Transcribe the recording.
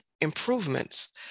improvements